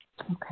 Okay